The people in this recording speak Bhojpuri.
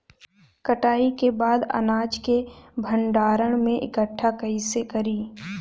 कटाई के बाद अनाज के भंडारण में इकठ्ठा कइसे करी?